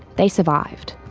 they survived.